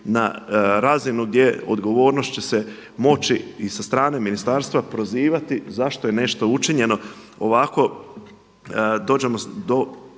na razinu gdje odgovornost će se moći i sa strane ministarstva prozivati zašto je nešto učinjeno. Ovako dođemo do